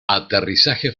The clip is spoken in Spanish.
aterrizaje